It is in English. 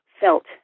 felt